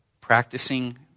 practicing